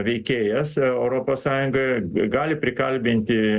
veikėjas europos sąjungoje gali prikalbinti